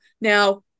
now